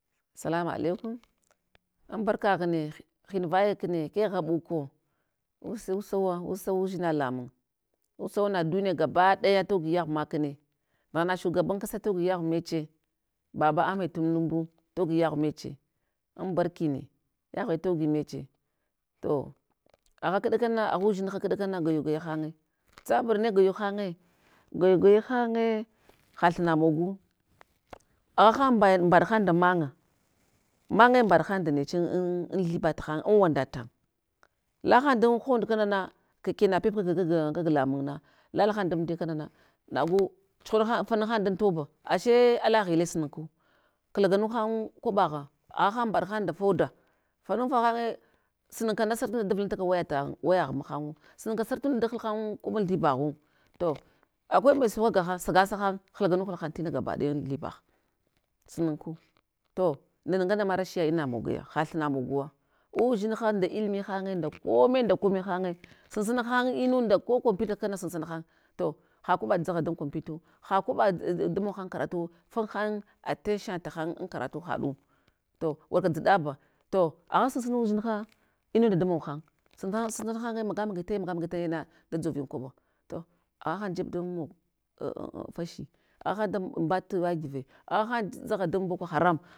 Salamu alaikum, anbarkaghne glin vaya kne, kegh ghaɓuko use usawa udzina lamung, usawa na duniya ga badaya togi yagh makne, ndagh na shugaban kasa togi yagh meche, baba ahmed tinumbu togi yagh meche. Abarkine yaghe togi meche, to agha kɗakana aghu udzinha kɗakana na gayu hanyi, gayugaya hanye hathuna mogu. Aghahan mɓɗhan nda man'nga, manage mɓaɗhan nda neche an thibathan an wanda tan lahan da hond kanana, keke napep kag kag lamung na, lalahan damdiya kanana, nagu churahan fanahang dan toba, ashe ala ghile sunuku, klagana han kwabagha, aghahan mɓaɗhan nda foda, fanafa hanye sunakana surunda da vuluntaka waya tan'ngu, wayagh mahanagu, sununka surtunda da hal han kwaɓa an thiba ghu. To akwai mai sauka gahan, sagasahan wahaganu wahan tina gabaɗayan thibagh, sunu ku to nana ngama rashiya ina moge ha thina moguwa udzinha nda ilmi hanye, sunsunahan inunda ko computer kana sunsuma han, to hakwaɓa dzagha dan compitau, ha kwaɓa nd, da damog han karutuwo, fin han attention nata han an karaty, haɗu to warka dziɗa ba, to agha sunsuna udzinha thinunda damoghan, sunash, sunsuna hanye maga magai laya maga magai na dadzovi kwaɓa to agha han jeb dan mog fashi aghahan da mbatuwakive, aghahan dzagha dan boko haram